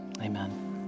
amen